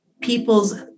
people's